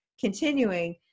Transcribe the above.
continuing